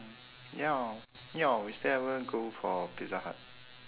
ya hor ya we still haven't go for pizza hut